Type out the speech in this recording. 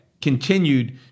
continued